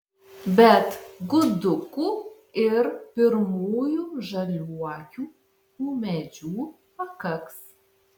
bet gudukų ir pirmųjų žaliuokių ūmėdžių pakaks